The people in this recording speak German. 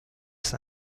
ist